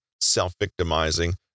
self-victimizing